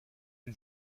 une